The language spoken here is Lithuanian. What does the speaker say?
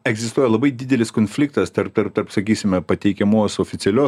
egzistuoja labai didelis konfliktas tarp tarp tarp sakysime pateikiamos oficialios